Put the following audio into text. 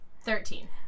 Thirteen